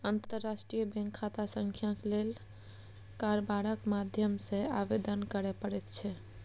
अंतर्राष्ट्रीय बैंक खाता संख्याक लेल कारबारक माध्यम सँ आवेदन करय पड़ैत छै